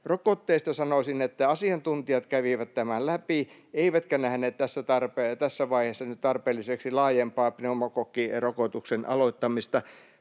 Rokotteista sanoisin, että asiantuntijat kävivät tämän läpi eivätkä nähneet tässä vaiheessa nyt tarpeelliseksi laajempaa pneumokokkirokotuksen aloittamista.